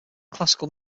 classical